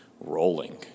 rolling